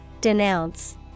Denounce